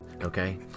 Okay